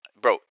bro